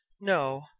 no